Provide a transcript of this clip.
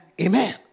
Amen